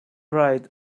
right